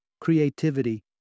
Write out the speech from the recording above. creativity